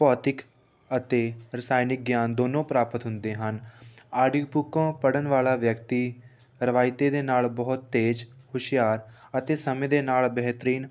ਭੌਤਿਕ ਅਤੇ ਰਸਾਇਣਿਕ ਗਿਆਨ ਦੋਨੋਂ ਪ੍ਰਾਪਤ ਹੁੰਦੇ ਹਨ ਆਡੀਓ ਬੁੱਕਾਂ ਪੜ੍ਹਨ ਵਾਲਾ ਵਿਅਕਤੀ ਰਵਾਇਤੀ ਦੇ ਨਾਲ ਬਹੁਤ ਤੇਜ਼ ਹੁਸ਼ਿਆਰ ਅਤੇ ਸਮੇਂ ਦੇ ਨਾਲ ਬਿਹਤਰੀਨ